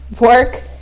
work